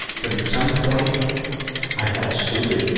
but at some point i felt stupid.